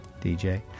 DJ